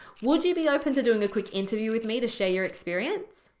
would you be open to doing a quick interview with me to share your experience?